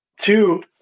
two